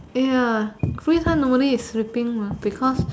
ya free time normally is sleeping because